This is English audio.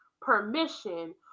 permission